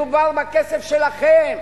מדובר בכסף שלכם,